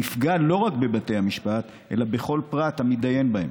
נפגע לא רק בבתי המשפט אלא בכל פרט המתדיין בהם.